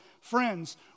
Friends